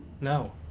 No